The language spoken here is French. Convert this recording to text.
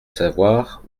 savoir